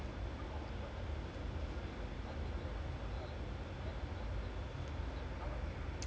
close but like I think it's like legit like I think the women lah like maximum twenty percent not even twenty they